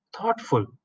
thoughtful